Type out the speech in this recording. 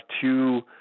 two